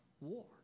war